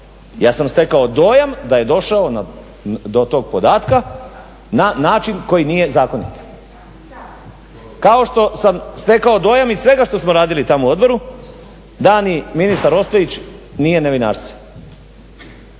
Ja sam stekao dojam da je došao do tog podatka na način koji nije zakonit, kao što sam stekao dojam iz svega što smo radili tamo u odboru da ni ministar Ostojić nije nevinašce.